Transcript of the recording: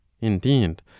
Indeed